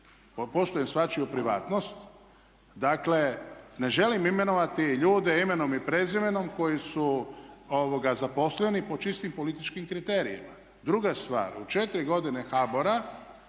poštujem svačiju privatnost. Dakle, ne želim imenovati ljude imenom i prezimenom koji su zaposleni po čistim političkim kriterijima. Druga stvar, u četiri godine HBOR-a